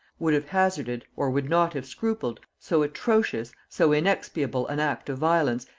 would have hazarded, or would not have scrupled, so atrocious, so inexpiable an act of violence,